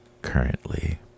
currently